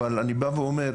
אבל אני בא ואומר,